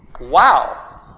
Wow